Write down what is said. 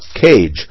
cage